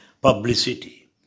publicity